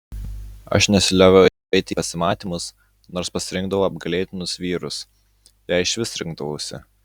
aš nesilioviau eiti į pasimatymus nors pasirinkdavau apgailėtinus vyrus jei išvis rinkdavausi